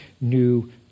new